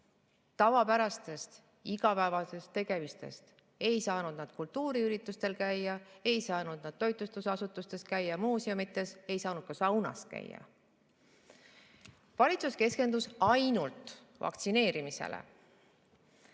tavapärastes igapäevastes tegemistes, ei saanud nad käia kultuuriüritustel, ei saanud nad käia toitlustusasutustes ega muuseumides, ei saanud ka saunas käia. Valitsus keskendus ainult vaktsineerimisele.